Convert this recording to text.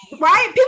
Right